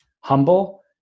humble